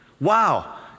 Wow